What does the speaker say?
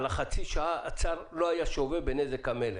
נוצרה חצי שעה של חוסר חוקיות.